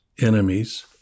enemies